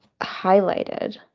highlighted